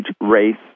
race